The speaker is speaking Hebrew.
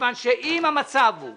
מכיוון שאם המצב הוא